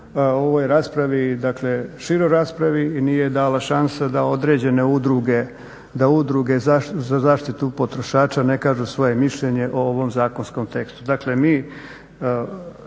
ovoj raspravi, dakle široj raspravi nije dala šansa da određene udruge, da udruge za zaštitu potrošača ne kažu svoje mišljenje o ovom zakonskom tekstu? Dakle mi